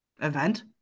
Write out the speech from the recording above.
event